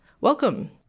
Welcome